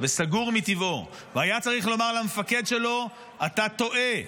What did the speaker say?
וסגור מטבעו, והיה צריך לומר למפקד שלו: אתה טועה,